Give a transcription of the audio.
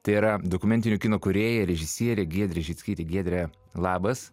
tai yra dokumentinio kino kūrėja režisierė giedrė žickytė giedre labas